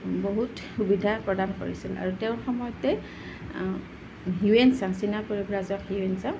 বহুত সুবিধা প্ৰদান কৰিছিল আৰু তেওঁৰ সময়তে হিউৱান চাং চীনা পৰিব্ৰাজক হিউৱান চাং